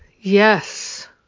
yes